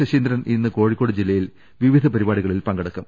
ശശീന്ദ്രൻ ഇന്ന് കോഴിക്കോട് ജില്ലയിൽ വിവിധ പരിപാടികളിൽ പങ്കെടുക്കും